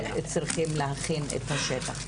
שצריכים להכין את השטח.